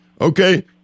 okay